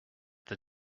the